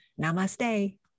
namaste